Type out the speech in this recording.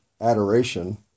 adoration